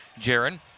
Jaron